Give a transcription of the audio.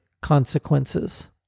consequences